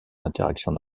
interactions